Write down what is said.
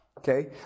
Okay